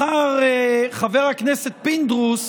בחר חבר הכנסת פינדרוס